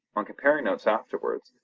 on comparing notes afterwards,